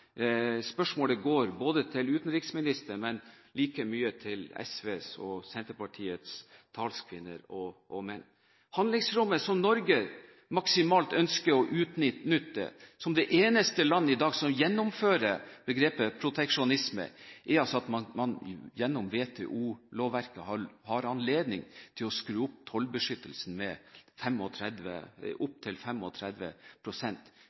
Spørsmålet går ikke bare til utenriksministeren, men like mye til SV og Senterpartiets talskvinner og -menn. Handlingsrommet som Norge ønsker å utnytte maksimalt, som det eneste landet i dag som gjennomfører begrepet proteksjonisme, er altså at man gjennom WTO-lovverket har anledning til å skru opp tollbeskyttelsen med